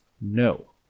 no